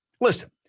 Listen